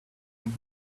one